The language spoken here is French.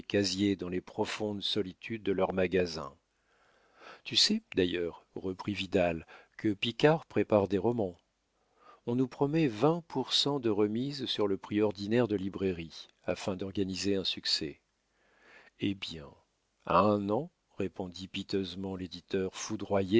dans les profondes solitudes de leurs magasins tu sais d'ailleurs reprit vidal que picard prépare des romans on nous promet vingt pour cent de remise sur le prix ordinaire de librairie afin d'organiser un succès hé bien à un an répondit piteusement l'éditeur foudroyé